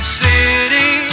city